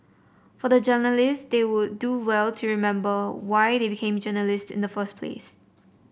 for the journalists they would do well to remember why they become journalists in the first place